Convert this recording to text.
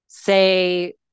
Say